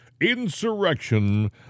insurrection